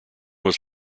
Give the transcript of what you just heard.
was